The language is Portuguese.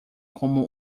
como